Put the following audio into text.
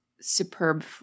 superb –